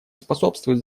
способствуют